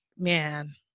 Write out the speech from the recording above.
Man